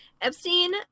Epstein